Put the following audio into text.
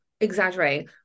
exaggerating